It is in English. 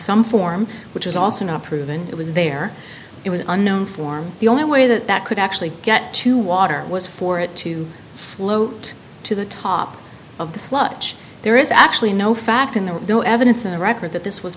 some form which is also not proven it was there it was unknown form the only way that that could actually get to water was for it to float to the top of the sludge there is actually no fact in there no evidence in the record that this was